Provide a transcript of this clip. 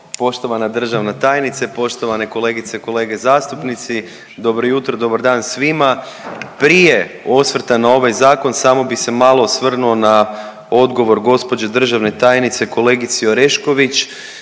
Poštovana državna tajnice, poštovane kolegice i kolege zastupnici, dobro jutro, dobar dan svima. Prije osvrta na ovaj zakon samo bi se malo osvrnuo na odgovor gđe. državne tajnice kolegici Orešković,